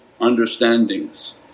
understandings